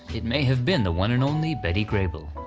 it may have been the one and only betty grable.